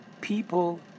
people